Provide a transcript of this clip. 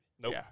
Nope